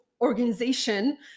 organization